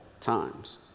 times